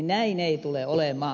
näin ei tule olemaan